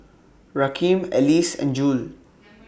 Rakeem Elise and Jule